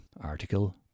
Article